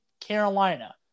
Carolina